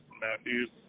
Matthews